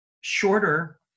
shorter